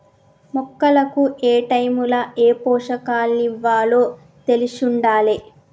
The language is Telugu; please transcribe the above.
మొక్కలకు ఏటైముల ఏ పోషకాలివ్వాలో తెలిశుండాలే